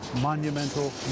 monumental